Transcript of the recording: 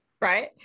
right